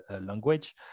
language